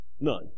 None